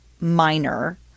minor